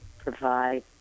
provide